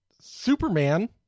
Superman